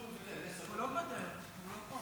הוא לא מוותר --- הוא לא מוותר, הוא לא פה.